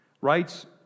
writes